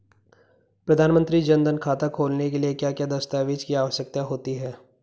प्रधानमंत्री जन धन खाता खोलने के लिए क्या क्या दस्तावेज़ की आवश्यकता होती है?